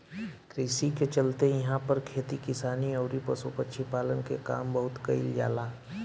कृषि के चलते इहां पर खेती किसानी अउरी पशु पक्षी पालन के काम बहुत कईल जाला